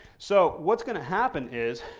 so, what's going to happen is,